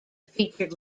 feature